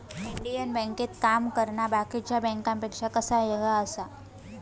Indian बँकेत काम करना बाकीच्या बँकांपेक्षा कसा येगळा आसा?